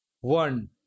one